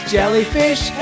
Jellyfish